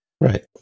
right